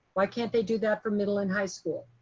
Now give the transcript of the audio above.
why can't they do that for middle and high school?